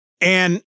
And-